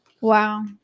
Wow